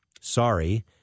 Sorry